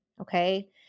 Okay